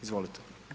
Izvolite.